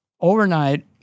Overnight